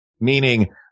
meaning